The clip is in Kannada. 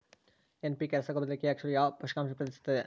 ಎನ್.ಪಿ.ಕೆ ರಸಗೊಬ್ಬರದಲ್ಲಿ ಕೆ ಅಕ್ಷರವು ಯಾವ ಪೋಷಕಾಂಶವನ್ನು ಪ್ರತಿನಿಧಿಸುತ್ತದೆ?